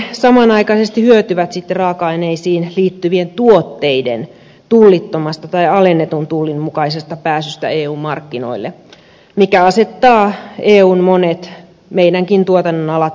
usein ne samanaikaisesti hyötyvät sitten raaka aineisiin liittyvien tuotteiden tullittomasta tai alennetun tullin mukaisesta pääsystä eu markkinoille mikä asettaa eun monet meidänkin tuotannonalat epäedulliseen kilpailuasemaan